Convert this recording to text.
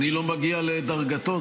אני לא מגיע לדרגתו.